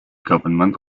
government